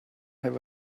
have